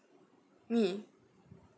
me